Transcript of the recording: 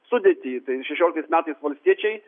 sudėtį tai šešioliktais metais valstiečiai